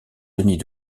denis